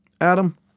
Adam